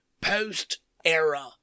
post-era